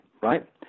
right